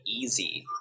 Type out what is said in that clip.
easy